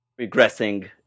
regressing